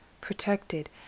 protected